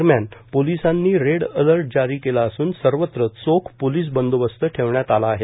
दरम्यान पोलिसांनी red alert जारी केला असून सर्वत्र चोख पोलिस बंदोबस्त ठेवण्यात आला आहे